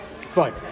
fine